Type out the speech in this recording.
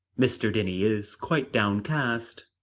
mr. denny is quite downcast.